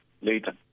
later